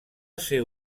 ser